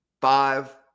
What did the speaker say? Five